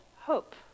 hope